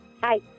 Hi